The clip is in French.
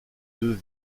deux